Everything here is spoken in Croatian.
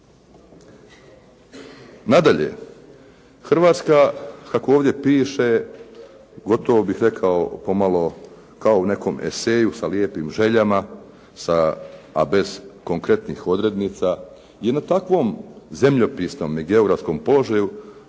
Nadalje, Hrvatska kako ovdje piše, gotovo bih rekao pomalo kao u nekom eseju sa lijepim željama, a bez konkretnih odrednica, je na takvom zemljopisnom i geografskom položaju